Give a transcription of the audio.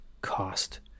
cost